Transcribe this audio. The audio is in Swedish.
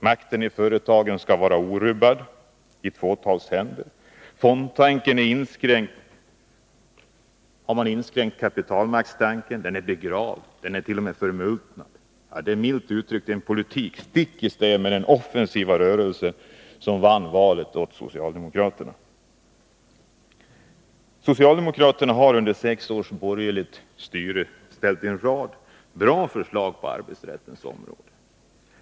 Makten i företagen skall orubbad ligga i fåtalets händer. Fondtanken om inskränkt kapitalmakt är begravd, ja, t.o.m. förmultnad. Det är milt uttryckt en politik stick i stäv med vad man avsåg i den offensiva rörelse som vann valet åt socialdemokraterna. Socialdemokraterna har under sex års borgerligt styre lagt fram en rad bra förslag på arbetsrättens område.